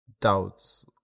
doubts